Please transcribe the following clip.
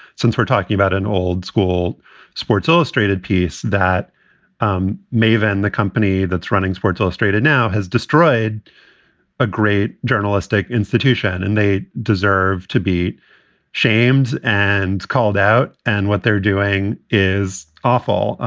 since we're talking about an old school sports illustrated piece, piece, that um maven, the company that's running sports illustrated now, has destroyed a great journalistic institution and they deserve to be shamed and called out. and what they're doing is awful.